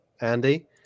Andy